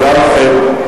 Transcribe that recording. תודה לכם.